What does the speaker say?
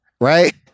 Right